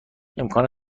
امکان